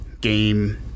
game